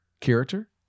character